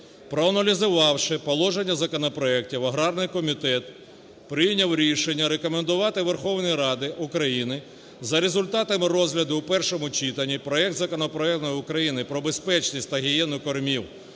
Проаналізувавши положення законопроектів, агарний комітет прийняв рішення: рекомендувати Верховній Раді України, за результатами розгляду у першому читанні, проект... законопроект України про безпечність та гігієну кормів